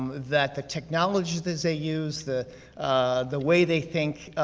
that the technologies that they use, the the way they think,